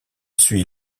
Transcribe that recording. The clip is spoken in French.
suit